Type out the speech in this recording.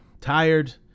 tired